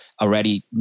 already